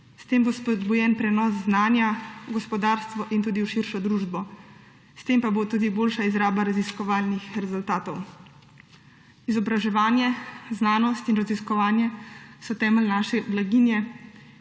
S tem bo spodbujen prenos znanja v gospodarstvo in tudi v širšo družbo. S tem pa bo tudi boljša izraba raziskovalnih rezultatov. Izobraževanje, znanost in raziskovanje so temelj naše blaginje